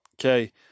Okay